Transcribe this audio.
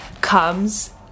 comes